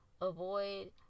avoid